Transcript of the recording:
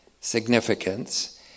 significance